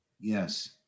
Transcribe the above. Yes